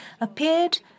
appeared